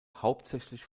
hauptsächlich